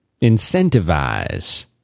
Incentivize